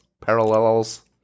parallels